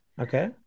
Okay